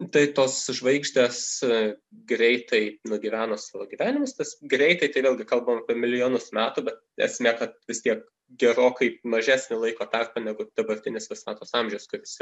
tai tos žvaigždės greitai nugyvena savo gyvenimus tas greitai tai vėlgi kalbam apie milijonus metų bet esmė kad vis tiek gerokai mažesnį laiko tarpą negu dabartinis visatos amžius kuris